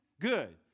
good